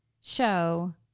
show